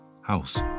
house